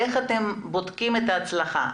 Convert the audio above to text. איך אתם בודקים את ההצלחה?